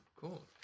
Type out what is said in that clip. cool